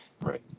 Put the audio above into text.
right